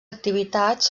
activitats